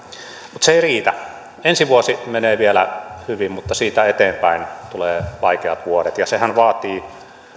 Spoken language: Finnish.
mutta se ei riitä ensi vuosi menee vielä hyvin mutta siitä eteenpäin tulevat vaikeat vuodet ja sehän vaatii